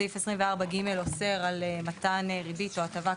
סעיף 24(ג) אוסר על מתן ריבית או הטבה,